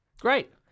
Great